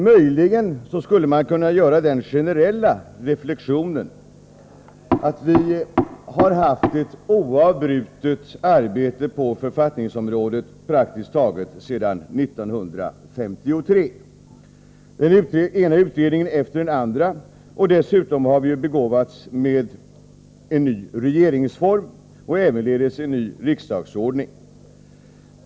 Möjligen skulle man kunna göra den reflexionen att vi har haft ett praktiskt taget oavbrutet arbete på författningsområdet sedan 1953, med den ena utredningen efter den andra. Dessutom har vi ju begåvats med en ny regeringsform och ävenledes med en ny riksdagsordning.